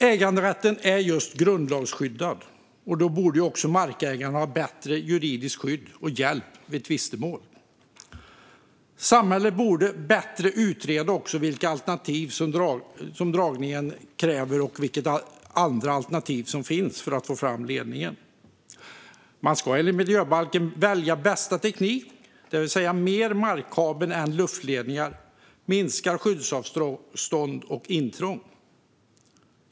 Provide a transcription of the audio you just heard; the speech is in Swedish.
Äganderätten är grundlagsskyddad. Då borde markägarna ha bättre juridiskt skydd och hjälp vid tvistemål. Samhället borde bättre utreda vilka alternativ som dragningen kräver och vilka andra alternativ som finns för att få fram ledningen. Man ska enligt miljöbalken välja bästa teknik, det vill säga mer markkabel än luftledningar. Man ska minska skyddsavstånd och intrång.